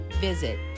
visit